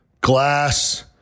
glass